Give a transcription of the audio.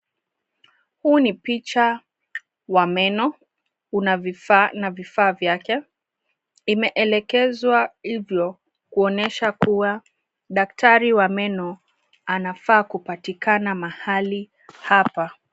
Huu ni picha wa meno. Kuna vifaa na vifaa vyake. Imeelekezwa hivyo kuonyesha kuwa daktari wa meno anafaa kupatikana mahali hapa.